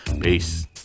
Peace